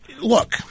look